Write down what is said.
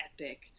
epic